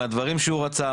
מהדברים שהוא רצה,